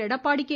Edappadi K